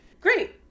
Great